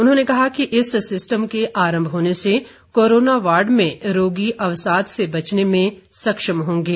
उन्होंने कहा कि इस सिस्टम के आरंभ होने से कोरोना वार्ड में रोगी अवसाद से बचने में सक्षम होंगे